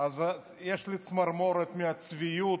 יש לי צמרמורת מהצביעות,